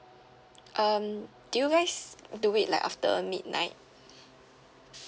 um do you guys do it like after midnight